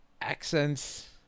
accents